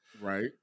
Right